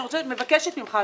אני מבקשת ממך,